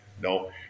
no